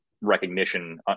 recognition